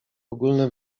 ogólne